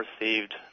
received